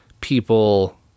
people